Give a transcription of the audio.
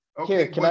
Okay